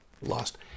lost